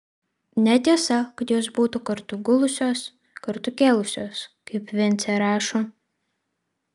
netiesa kad jos būtų kartu gulusios kartu kėlusios kaip vincė rašo